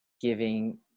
giving